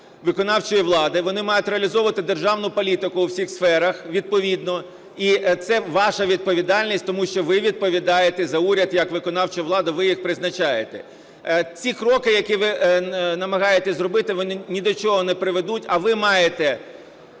виконавчої влади, вони мають реалізовувати державну політику у всіх сферах відповідно. І це ваша відповідальність, тому що ви відповідаєте за уряд як виконавча влада, ви їх призначаєте. Ці кроки, які ви намагаєтеся зробити, вони ні до чого не приведуть. А ви маєте